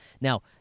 Now